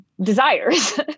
desires